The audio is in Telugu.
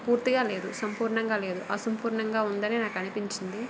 పూర్తిగా లేదు సంపూర్ణంగా లేదు అసంపూర్ణంగా ఉందని నాకు అనిపించింది